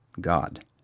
God